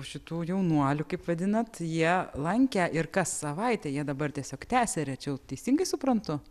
šitų jaunuolių kaip vadinat jie lankė ir kas savaitę jie dabar tiesiog tęsia rečiau teisingai suprantu